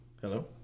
hello